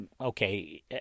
Okay